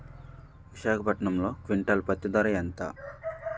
విశాఖపట్నంలో క్వింటాల్ పత్తి ధర ఎంత?